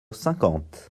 cinquante